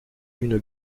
une